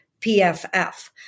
PFF